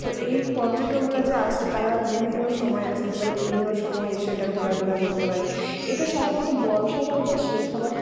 তো এই পর্যটকরা যে আসে তারা বিভিন্ন সময় আসতে পারে বিভিন্ন সময় এসে এটা ঘোরাফেরা করতে পারে এটা সাধারণত বর্ষকালটা শেষ হবার